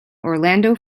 orlando